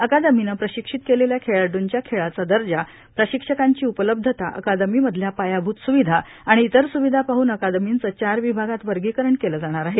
अकादमीनं प्रशिक्षित केलेल्या खेळाडूंच्या खेळाचा दर्जा प्रशिक्षकांची उपलब्धता अकादमीमधल्या पायाभूत स्विधा आणि इतर स्विधा पाहन अकादमींच चार विभागात वर्गीकरण केलं जाणार आहे